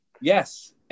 Yes